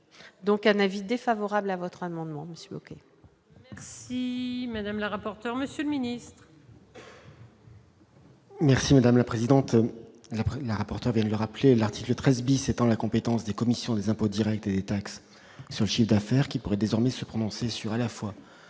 donc un avis défavorable à votre amendement moquer. Merci madame la rapporteur, Monsieur le Ministre. Merci madame la présidente, après la rapporteure et le rappeler l'article 13 bis étant la compétence des commissions des impôts Directs et taxe sur le chiffre d'affaires qui pourrait désormais se prononcer sur à la fois